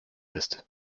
ist